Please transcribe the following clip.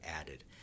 added